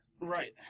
Right